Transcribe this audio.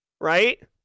right